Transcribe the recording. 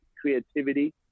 creativity